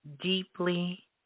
deeply